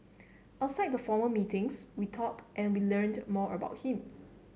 outside the formal meetings we talked and we learnt more about him